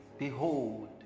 Behold